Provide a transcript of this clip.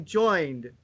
joined